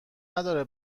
نداره